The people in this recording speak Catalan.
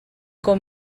com